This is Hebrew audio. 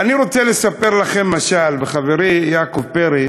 אני רוצה לספר לכם משל, וחברי יעקב פרי,